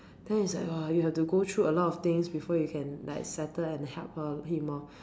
then it's like !woah! you have to go through a lot of things before you can like settle and help her him lor